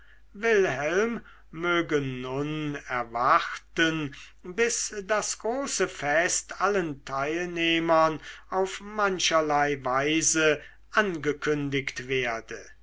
wilhelm möge nun erwarten bis das große fest allen teilnehmern auf mancherlei weise angekündigt werde